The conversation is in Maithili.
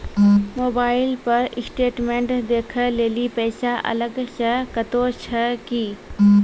मोबाइल पर स्टेटमेंट देखे लेली पैसा अलग से कतो छै की?